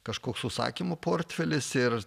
kažkoks užsakymų portfelis ir